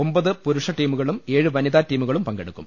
ഒമ്പത് പുരുഷ ടീമു കളും ഏഴ് വനിതാ ടീമുകളും പങ്കെടുക്കും